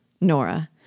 Nora